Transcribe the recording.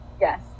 Yes